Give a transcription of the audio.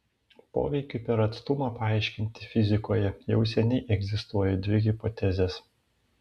poveikiui per atstumą paaiškinti fizikoje jau seniai egzistuoja dvi hipotezės